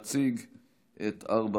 להתמודדות עם נגיף הקורונה החדש (הוראת שעה) (הגבלת